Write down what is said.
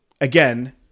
again